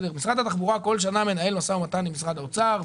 משרד התחבורה בכל שנה מנהל משא ומתן עם משרד האוצר,